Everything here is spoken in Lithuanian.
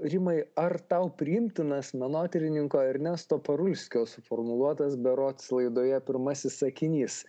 rimai ar tau priimtinas menotyrininko ernesto parulskio suformuluotas berods laidoje pirmasis sakinys